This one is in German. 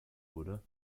wurde